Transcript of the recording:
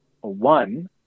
one